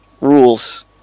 rules